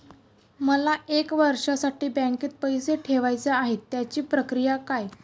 मला एक वर्षासाठी बँकेत पैसे ठेवायचे आहेत त्याची प्रक्रिया काय?